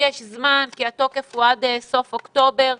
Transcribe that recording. יש זמן כי התוקף הוא עד סוף אוקטובר.